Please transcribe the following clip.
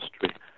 history